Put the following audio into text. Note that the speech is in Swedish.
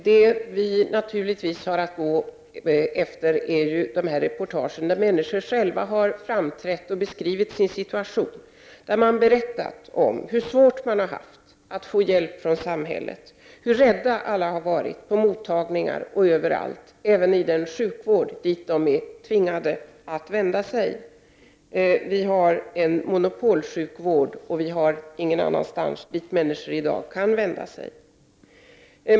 Herr talman! Vad vi har att utgå från är de reportage där människor själva har framträtt och beskrivit sin situation. De har berättat om hur svårt de har haft att få hjälp från samhället, hur rädda alla har varit på mottagningar — även inom den sjukvård de har varit tvingade att vända sig till. Vi har en monopolsjukvård, och det finns ingen annanstans dit människor kan vända sig.